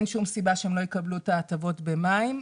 שום סיבה שהם לא יקבלו את ההטבות במים.